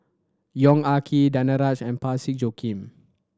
Yong Ah Kee Danaraj and Parsick Joaquim